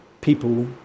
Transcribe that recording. people